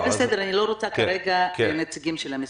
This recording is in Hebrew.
זה בסדר, אני לא רוצה כרגע נציגים של המשרדים.